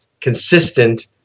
consistent